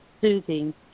soothing